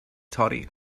torri